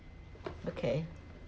okay